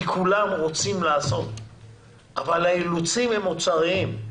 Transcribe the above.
כולם רוצים לעשות אבל האילוצים הם אוצריים.